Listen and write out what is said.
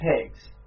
pegs